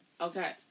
Okay